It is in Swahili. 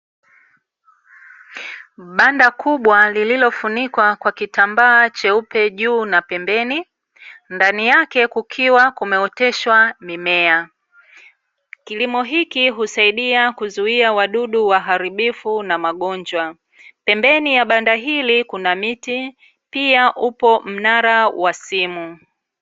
Banda kubwa lililofunikwa kwa kitambaa cheupe juu na pembeni, ndani yake kukiwa kumeoteshwa mimea. Kilimo hiki husaidia kuzuia wadudu waharibifu na magonjwa. Pembeni ya banda hili kuna miti, pia upo mnara wa simu.